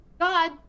god